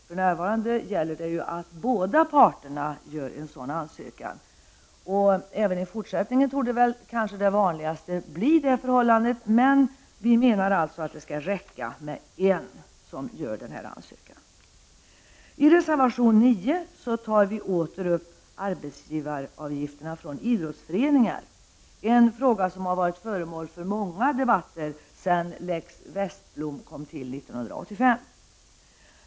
För närvarande gäller att båda parterna gör en sådan ansökan, och även i fortsättningen torde väl detta bli det vanligaste. Men vi menar alltså att det skall räcka med att en gör ansökan. I reservation 9 tar vi åter upp arbetsgivaravgifterna för idrottsföreningar, en fråga som varit föremål för många debatter sedan ”lex Westblom” kom till 1985.